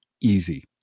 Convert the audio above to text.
easy